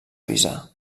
avisar